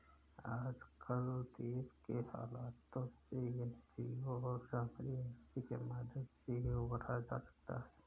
आजकल देश के हालातों से एनजीओ और सामाजिक एजेंसी के माध्यम से ही उबरा जा सकता है